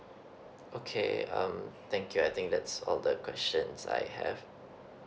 okay um thank you I think that's all the questions I have